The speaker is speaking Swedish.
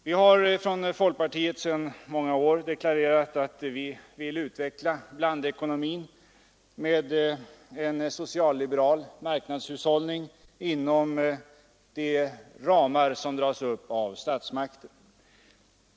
Vi har från folkpartiets sida under många år deklarerat att vi vill utveckla blandekonomin med en socialliberal marknadshushållning inom de ramar som dras upp av statsmakterna.